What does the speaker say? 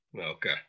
Okay